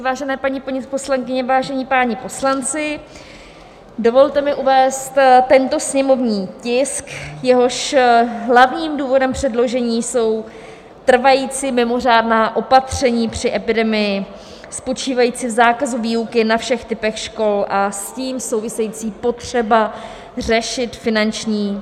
Vážené paní poslankyně, vážení páni poslanci, dovolte mi uvést tento sněmovní tisk, jehož hlavním důvodem předložení jsou trvající mimořádná opatření při epidemii spočívající v zákazu výuky na všech typech škol a s tím související potřeba řešit finanční...